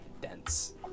dense